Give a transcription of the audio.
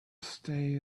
stay